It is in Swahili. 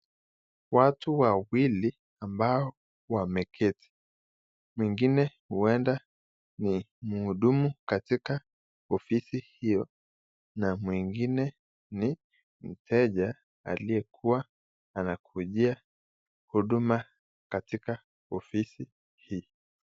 Watu wawili ambao wameketi, mwingine huenda ni mhudumu katika ofisi hio na mwingine ni mteja aliyekuwa amekujia huduma katika ofisi hii.